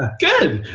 ah good.